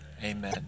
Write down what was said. Amen